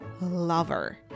lover